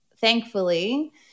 thankfully